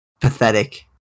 Pathetic